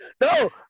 No